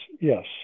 Yes